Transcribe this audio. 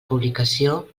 publicació